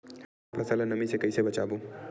हमर फसल ल नमी से क ई से बचाबो?